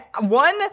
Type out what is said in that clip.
one